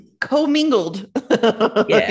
Co-mingled